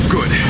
Good